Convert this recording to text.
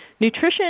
Nutrition